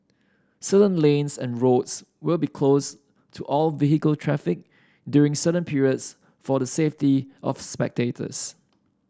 certain lanes and roads will be closed to all vehicle traffic during certain periods for the safety of spectators